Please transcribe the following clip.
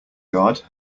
yard